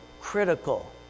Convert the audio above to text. critical